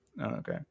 Okay